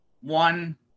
one